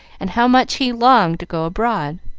and how much he longed to go abroad.